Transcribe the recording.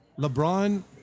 LeBron